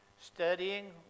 studying